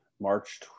March